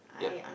yup